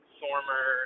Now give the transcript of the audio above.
former